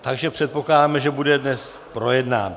Takže předpokládám, že bude dnes projednán.